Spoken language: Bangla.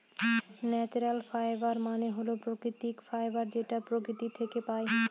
ন্যাচারাল ফাইবার মানে হল প্রাকৃতিক ফাইবার যেটা প্রকৃতি থাকে পাই